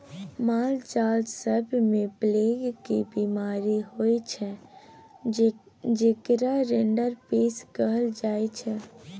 मालजाल सब मे प्लेग केर बीमारी होइ छै जेकरा रिंडरपेस्ट कहल जाइ छै